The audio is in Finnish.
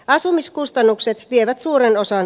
asumiskustannukset vievät suuren osan